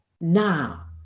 now